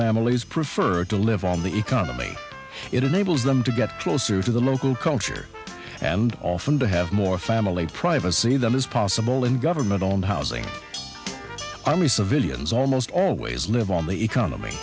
families prefer to live on the economy it enables them to get closer to the local culture and often to have more families privacy than is possible in government on housing army civilians almost always live on the economy